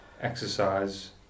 exercise